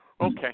Okay